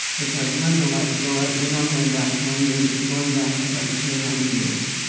because when the lights go out, you're not going back ten years. you're going back about two hundred years,